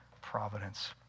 providence